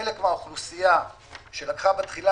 חלק מהאוכלוסייה שלקחה בתחילה,